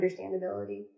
Understandability